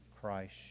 Christ